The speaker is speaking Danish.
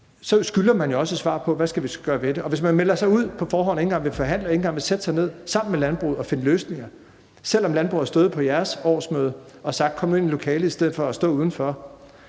– skylder man jo også et svar på, hvad vi så skal gøre ved det, og hvis man melder sig ud på forhånd og ikke engang vil forhandle og ikke engang vil sætte sig ned sammen med landbruget og finde løsninger, selv om landbruget har stået på ens årsmøde og bedt en om at komme ind i lokalet i stedet for at stå udenfor,